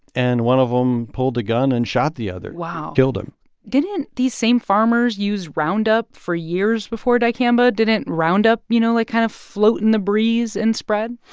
and one of them pulled a gun and shot the other wow killed him didn't these same farmers use roundup for years before dicamba? didn't roundup, you know, like, kind of float in the breeze and spread?